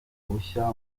bushya